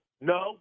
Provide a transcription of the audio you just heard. no